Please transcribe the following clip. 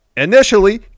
initially